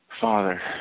Father